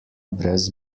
brez